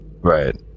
Right